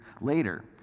later